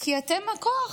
כי אתם הכוח.